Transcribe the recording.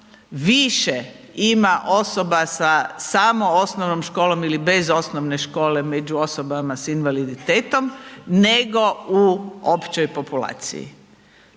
više ima osoba samo sa osnovnom školom ili bez osnovne škole među osobama s invaliditetom, nego u općoj populaciji.